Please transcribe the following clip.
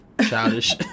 childish